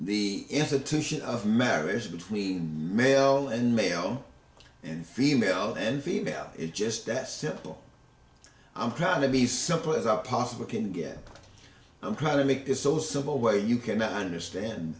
the institution of marriage as between male and male and female and female it just that simple i'm proud to be simple as i possibly can get i'm trying to make it so simple way you cannot understand